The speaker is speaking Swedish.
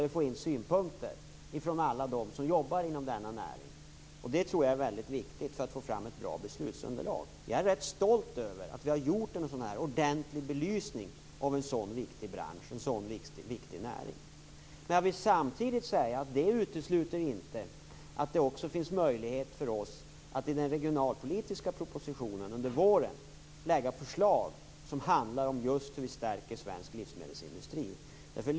Vi får då synpunkter från alla dem som jobbar inom näringen. Jag tror att det är viktigt för att få fram ett bra beslutsunderlag. Jag är stolt över att vi har gjort en ordentlig belysning av en sådan viktig näring. Men jag vill samtidigt säga att detta inte utesluter att det också finns möjlighet för oss att i den regionalpolitiska propositionen som kommer under våren ha med förslag som gäller just hur den svenska livsmedelsindustrin skall stärkas.